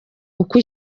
uko